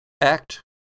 Act